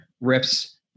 rips